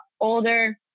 older